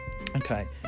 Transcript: Okay